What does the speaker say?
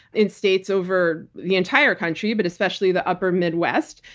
in states over the entire country, but especially the upper midwest.